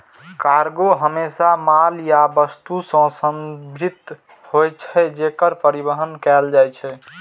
cargo हमेशा माल या वस्तु सं संदर्भित होइ छै, जेकर परिवहन कैल जाइ छै